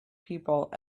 people